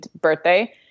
birthday